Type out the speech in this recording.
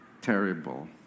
terrible